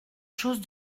chose